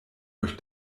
euch